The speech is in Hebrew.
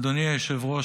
אדוני היושב-ראש,